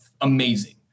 amazing